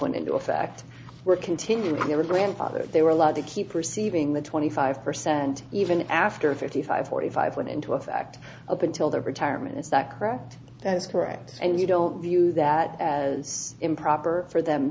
went into effect were continued they were grandfathered they were allowed to keep receiving the twenty five percent even after fifty five forty five went into effect up until their retirement is that correct that is correct and you don't view that as improper for them